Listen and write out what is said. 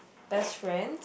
best friend